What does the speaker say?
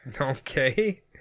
Okay